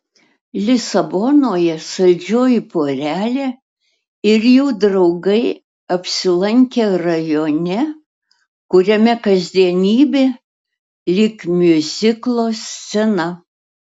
lisabonoje saldžioji porelė ir jų draugai apsilankė rajone kuriame kasdienybė lyg miuziklo scena